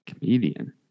comedian